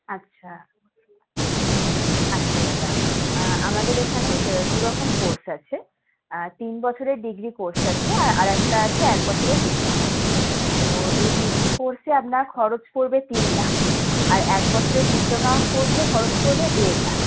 আচ্ছা আচ্ছা দাদা আমাদের এখানে দুরকম কোর্স আছে তিন বছরের ডিগ্রি কোর্স আছে আর আর একটা আছে এক বছরের ডিপ্লোমা তো এই ডিগ্রি কোর্সে আপনার খরচ পড়বে তিন লাখ আর এক বছরের ডিপ্লোমা কোর্সে খরচ পড়বে দেড় লাখ